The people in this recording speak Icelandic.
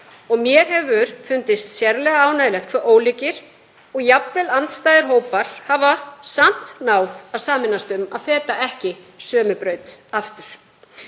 Mér hefur fundist sérlega ánægjulegt hve ólíkir, jafnvel andstæðir hópar hafa samt náð að sameinast um að feta ekki sömu braut aftur,